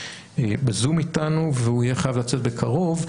בזום איתנו והוא יהיה חייב לצאת בקרוב,